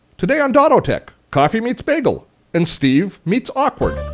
today on dottotech coffee meets bagel and steve meets awkward.